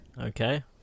Okay